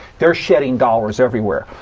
they are shedding dollars everywhere.